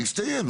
הסתיים.